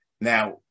now